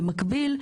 במקביל,